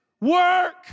work